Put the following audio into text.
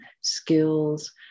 skills